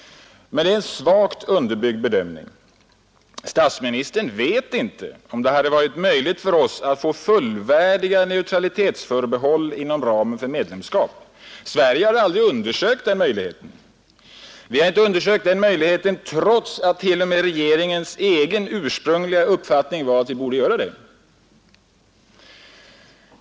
Men det är en svagt underbyggd bedömning. Statsministern vet inte om det hade varit möjligt för oss att få fullvärdiga neutralitetsförbehåll inom ramen för medlemskap. Sverige har aldrig undersökt den möjligheten. Vi har inte undersökt den möjligheten trots att det t.o.m. var regeringens egen ursprungliga uppfattning att vi borde göra det.